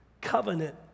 Covenant